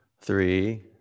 three